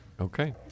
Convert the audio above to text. Okay